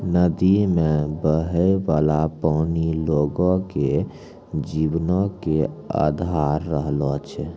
नदी मे बहै बाला पानी लोगो के जीवनो के अधार रहलो छै